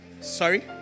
Sorry